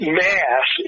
mass